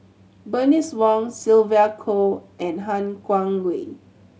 Bernice Wong Sylvia Kho and Han Guangwei